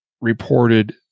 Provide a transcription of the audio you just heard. reported